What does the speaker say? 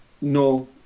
No